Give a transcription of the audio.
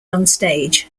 onstage